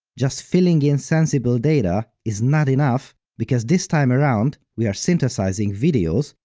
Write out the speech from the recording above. just filling in sensible data is not enough, because this time around, we are synthesizing videos,